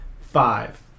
Five